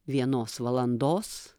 vienos valandos